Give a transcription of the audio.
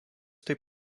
taip